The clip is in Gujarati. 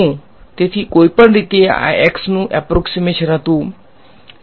તેથી કોઈપણ રીતે આ x નું એપ્રોક્ષીમેશન હતું